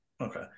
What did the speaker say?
okay